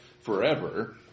forever